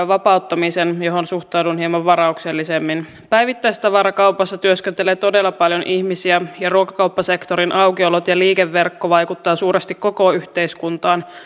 vapauttamisen johon suhtaudun hieman varauksellisemmin päivittäistavarakaupassa työskentelee todella paljon ihmisiä ja ruokakauppasektorin aukiolot ja liikeverkko vaikuttavat suuresti koko yhteiskuntaan